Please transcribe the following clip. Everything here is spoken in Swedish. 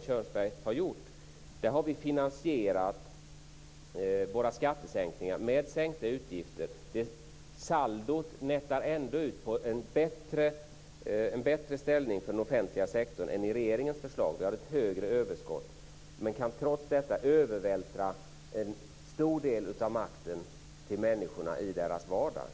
Kjörnsbergs insinuationer - har vi finansierat våra skattesänkningar med sänkta utgifter. Saldot nettar ändå ut på en bättre ställning för den offentliga sektorn jämfört med regeringens förslag. Det är ett högre överskott. Trots detta kan en stor del av makten övervältras till människorna i deras vardag.